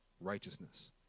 righteousness